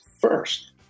first